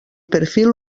perfil